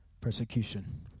persecution